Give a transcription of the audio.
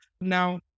Now